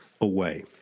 away